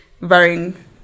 varying